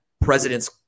President's